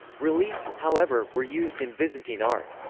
reliefs, however, were used in byzantine art.